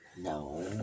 No